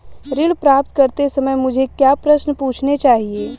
ऋण प्राप्त करते समय मुझे क्या प्रश्न पूछने चाहिए?